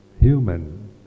human